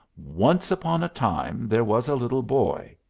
once upon a time there was a little boy,